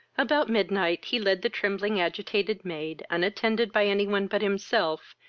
about midnight he led the trembling agitated maid, unattended by any one but himself,